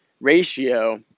ratio